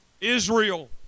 Israel